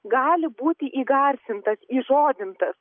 gali būti įgarsintas įžodintas